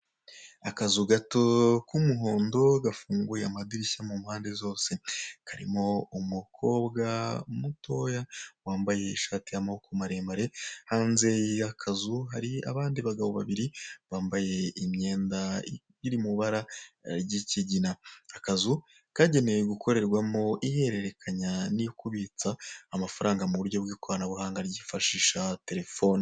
Akazu Gato k' umuhondo gafunguye amadirishya mumpande zose, karimo umukobwa mutoya wambaye ishati y'amaboko maremare, hanze y'akazu hari abandi bagabo babiri ,bambaye imyenda iri mu ibara ry' ikigina, aka kazu kagenewe gukorerwamo ihererekanya no kubitsa amafaranga muburyo bw' ikoranabuhanga ryifashisha Telefone.